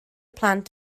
plant